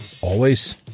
Always